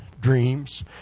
dreams